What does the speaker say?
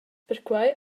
perquai